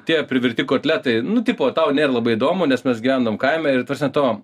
tie privirti kotletai nu tipo tau nėr labai įdomu nes mes gyvenom kaime ir ta prasme to